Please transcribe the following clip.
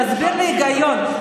תסביר לי את ההיגיון.